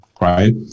Right